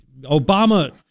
Obama